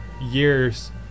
years